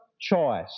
choice